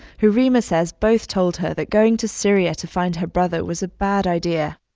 who reema says both told her that going to syria to find her brother was a bad idea.